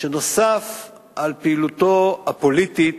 שנוסף על פעילותו הפוליטית,